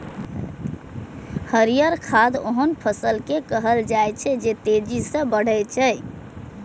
हरियर खाद ओहन फसल कें कहल जाइ छै, जे तेजी सं बढ़ै छै